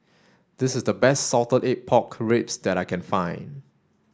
this is the best salted egg pork ribs that I can find